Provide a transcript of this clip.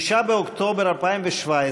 6 באוקטובר 2017,